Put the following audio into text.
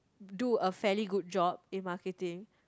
do a fairly good job in marketing